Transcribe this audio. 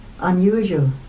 Unusual